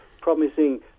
promising